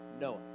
Noah